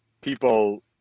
people